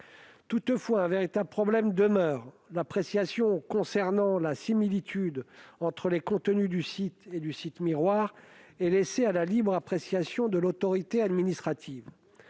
Toutefois, un véritable problème demeure. Le constat de la similitude entre les contenus du site et du site miroir est laissé à la libre appréciation de l'autorité administrative.